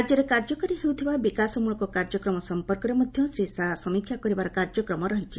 ରାଜ୍ୟରେ କାର୍ଯ୍ୟକାରୀ ହେଉଥିବା ବିକାଶ ମଳକ କାର୍ଯ୍ୟକ୍ରମ ସମ୍ପର୍କରେ ମଧ୍ୟ ଶ୍ରୀ ଶାହା ସମୀକ୍ଷା କରିବାର କାର୍ଯ୍ୟକ୍ରମ ରହିଛି